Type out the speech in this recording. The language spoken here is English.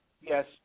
Yes